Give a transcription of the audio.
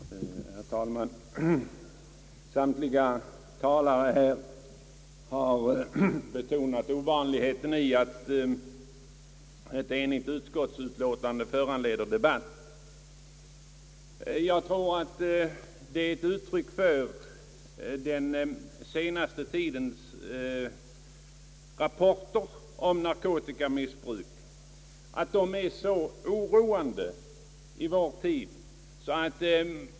Herr talman! Samtliga talare i denna fråga har betonat det ovanliga i att ett enigt utskottsutlåtande föranleder debatt. Jag tror att det är ett uttryck för den senaste tidens oroande rapporter om narkotikamissbruk.